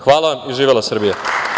Hvala i živela Srbija.